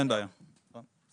אז